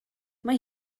mae